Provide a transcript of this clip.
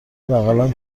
بغلم